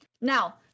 now